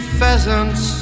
pheasants